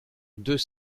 deux